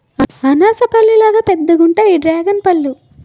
అనాస పల్లులాగా పెద్దగుంతాయి డ్రేగన్పల్లు పళ్ళు